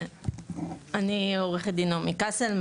אני עורכת דין נעמי קסל,